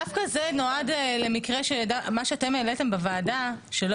דווקא זה נועד למה שאתם העליתם בדיון שלא